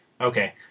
Okay